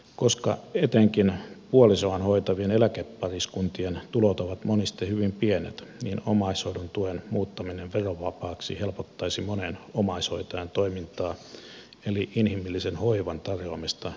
koska etenkin puolisoaan hoitavien eläkepariskuntien tulot ovat monesti hyvin pienet omaishoidon tuen muuttaminen verovapaaksi helpottaisi monen omaishoitajan toimintaa eli inhimillisen hoivan tarjoamista lähiomaiselle